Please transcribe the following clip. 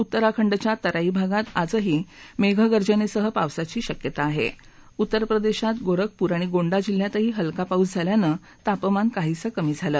उत्तराखंडच्या तराई भागात आजही मध्यिर्जनस्क्रि पावसाची शक्यता आहा रुत्तर प्रदर्शित गोरखपूर आणि गोंडा जिल्ह्यातही हलका पाऊस झाल्यानं तापमान काहीसं कमी झालं